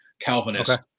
Calvinist